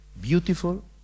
beautiful